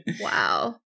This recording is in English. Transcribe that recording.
Wow